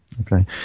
Okay